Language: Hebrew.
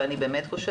כן.